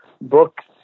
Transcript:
books